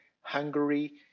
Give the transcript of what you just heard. Hungary